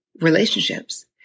relationships